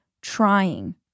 trying